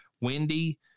Wendy